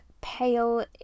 pale